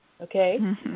okay